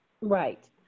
Right